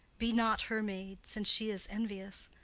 be not her maid, since she is envious.